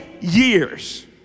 years